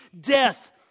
death